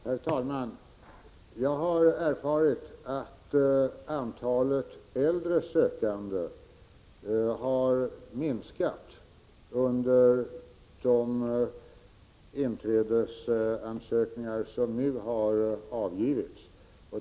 Herr talman! Jag har erfarit att antalet äldresökande har minskat bland de inträdesansökningar som nu har ingivits.